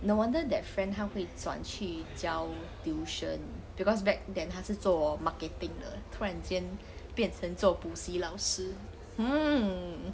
no wonder that friend 她会转去教 tuition because back then 她是做 marketing 的突然间变成做补习老师 hmm